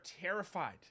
terrified